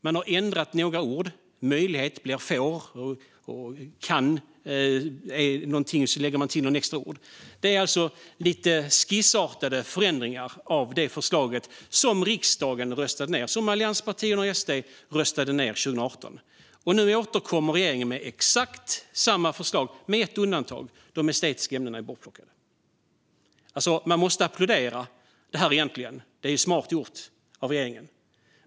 Man har ändrat några ord - "möjlighet" blir "får" - och lagt till några extra ord. Det är alltså lite skissartade förändringar av det förslag som allianspartierna och SD röstade ned i riksdagen 2018. Nu återkommer regeringen med exakt samma förslag, med ett undantag: De estetiska ämnena är bortplockade. Egentligen måste man applådera detta - det är smart gjort av regeringen.